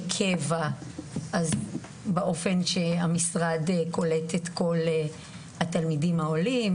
קבע באופן שהמשרד קולט את כל התלמידים העולים,